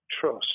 trust